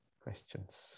questions